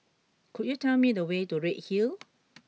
could you tell me the way to Redhill